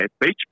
Beach